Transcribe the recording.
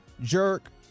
jerk